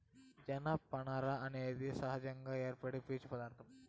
జనపనార అనేది సహజంగా ఏర్పడే పీచు పదార్ధం